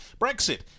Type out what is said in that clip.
Brexit